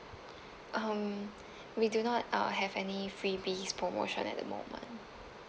um we do not uh have any freebies promotion at the moment